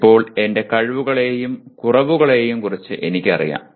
ഇപ്പോൾ എന്റെ കഴിവുകളെയും കുറവുകളേയും കുറിച്ച് എനിക്കറിയാം